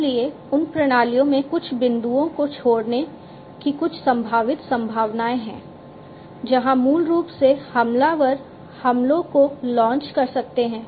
इसलिए उन प्रणालियों में कुछ बिंदुओं को छोड़ने की कुछ संभावित संभावनाएं हैं जहां मूल रूप से हमलावर हमलों को लॉन्च कर सकते हैं